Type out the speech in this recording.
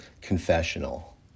confessional